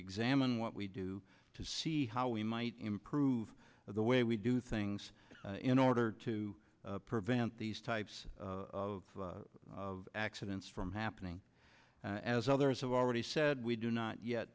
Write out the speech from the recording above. examine what we do to see how we might improve the way we do things in order to prevent these types of accidents from happening as others have already said we do not yet